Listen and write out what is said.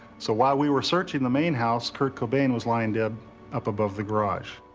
so while we were searching the main house, kurt cobain was lying dead up above the garage.